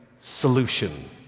solution